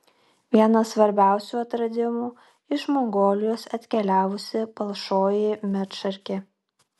vienas svarbiausių atradimų iš mongolijos atkeliavusi palšoji medšarkė